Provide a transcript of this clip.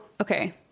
Okay